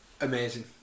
Amazing